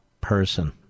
person